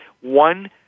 one-